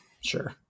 Sure